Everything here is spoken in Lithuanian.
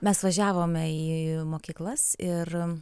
mes važiavome į mokyklas ir